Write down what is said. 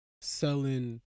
selling